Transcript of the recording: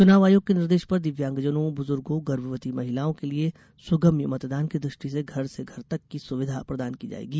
चुनाव आयोग के निर्देश पर दिव्यांगजनों बुजुर्गों गर्भवती महिलाओं के लिये सुगम्य मतदान की दृष्टि से घर से घर तक की सुविधा प्रदान की जाएगी